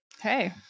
Hey